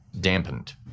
dampened